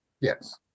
Yes